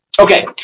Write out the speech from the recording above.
Okay